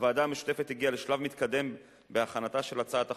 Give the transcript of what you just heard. הוועדה המשותפת הגיעה לשלב מתקדם בהכנתה של הצעת החוק,